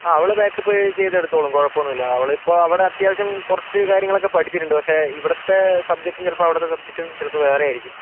ആ അവൾ ബാക്കപ്പ് ചെയ്തെടുത്തുകൊള്ളും കുഴപ്പമൊന്നുമില്ല അവളിപ്പോൾ അവിടെ അത്യാവശ്യം കുറച്ച് കാര്യങ്ങളൊക്കെ പഠിച്ചിട്ടുണ്ട് പക്ഷേ ഇവിടുത്തെ സബ്ജക്ടും ചിലപ്പോൾ അവിടുത്തെ സബ്ജക്ടും ചിലപ്പോൾ വേറെ ആയിരിക്കും